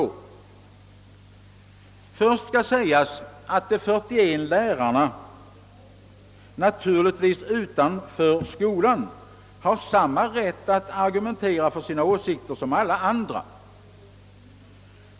För det första skall sägas, att de 41 lärarna naturligtvis utanför skolan har samma rätt att argumentera för sina åsikter som alla andra.